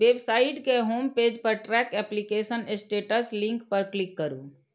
website के home page पर track application status link पर क्लिक करू